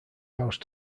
house